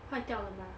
坏掉了 mah